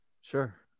Sure